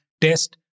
test